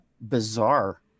bizarre